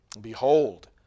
Behold